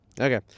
okay